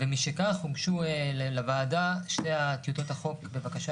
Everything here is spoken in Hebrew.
ומשכך הוגשו לוועדה שתי טיוטות הצעת החוק בבקשה